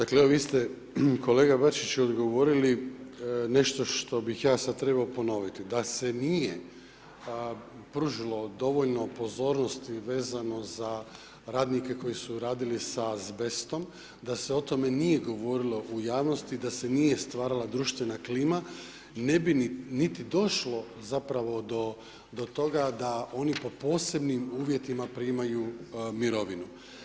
Dakle evo vi ste kolega Bačić odgovorili nešto što bih ja sad trebao ponoviti, da se nije pružilo dovoljno pozornosti vezano za radnike koji su radili s azbestom, da se o tome nije govorilo u javnosti, da se nije stvarala društvena klima ne bi niti došlo zapravo do toga da oni po posebnim uvjetima primaju mirovinu.